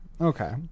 okay